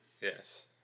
Yes